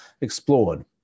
explored